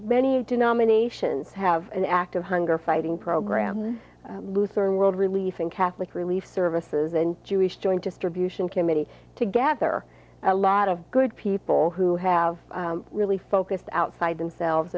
many denominations have an active hunger fighting program lutheran world relief and catholic relief services and jewish joint distribution committee to gather a lot of good people who have really focused outside themselves